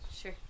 sure